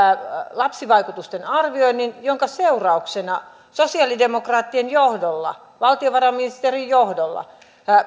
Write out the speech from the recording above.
lapsivaikutusten arvioinnin jonka seurauksena sosialidemokraattien johdolla valtiovarainministerin johdolla